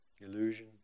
Illusion